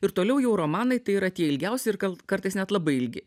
ir toliau jau romanai tai yra tie ilgiausi ir gal kartais net labai ilgi